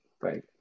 right